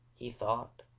he thought.